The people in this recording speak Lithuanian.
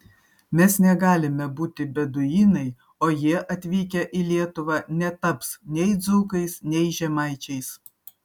mes negalime būti beduinai o jie atvykę į lietuvą netaps nei dzūkais nei žemaičiais